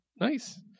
Nice